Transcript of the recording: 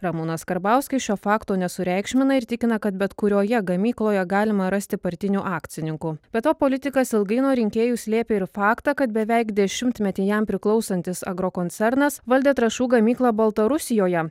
ramūnas karbauskis šio fakto nesureikšmina ir tikina kad bet kurioje gamykloje galima rasti partinių akcininkų be to politikas ilgai nuo rinkėjų slėpė ir faktą kad beveik dešimtmetį jam priklausantis agrokoncernas valdė trąšų gamyklą baltarusijoje